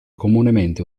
comunemente